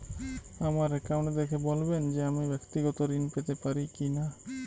আমার অ্যাকাউন্ট দেখে বলবেন যে আমি ব্যাক্তিগত ঋণ পেতে পারি কি না?